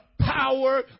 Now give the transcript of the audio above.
power